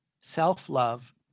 self-love